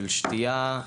של שתייה,